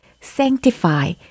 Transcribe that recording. sanctify